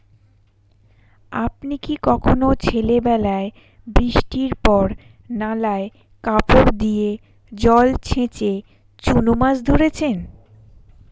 আপনি কি কখনও ছেলেবেলায় বৃষ্টির পর নালায় কাপড় দিয়ে জল ছেঁচে চুনো মাছ ধরেছেন?